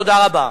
תודה רבה.